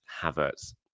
Havertz